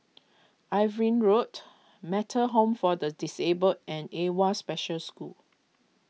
Irving Road Metta Home for the Disabled and Awwa Special School